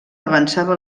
avançava